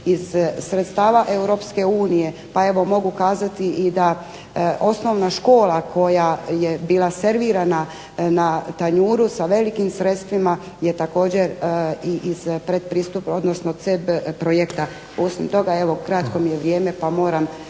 iz sredstava Europske unije, pa evo mogu kazati i da osnovna škola koja je bila servirana na tanjuru sa velikim sredstvima je također i iz pretpristupnog, odnosno … /Govornica se ne razumije./… projekta. Osim toga evo kratko mi je vrijeme pa moram